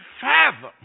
fathom